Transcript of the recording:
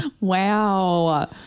Wow